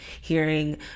hearing